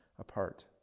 apart